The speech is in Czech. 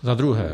Za druhé.